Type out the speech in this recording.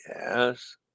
Yes